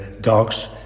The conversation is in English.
dogs